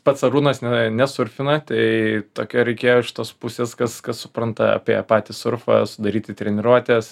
pats arūnas nesurfina tai tokio reikėjo iš tos pusės kas supranta apie patį surfą sudaryti treniruotes